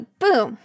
boom